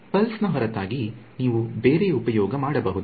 pulse ನ ಹೊರತಾಗಿ ನೀವು ಬೇರೆ ಉಪಯೋಗ ಮಾಡಬಹುದು